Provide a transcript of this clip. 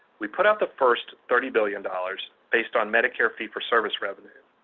we put out the first thirty billion dollars based on medicare fee-for-service revenue.